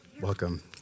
Welcome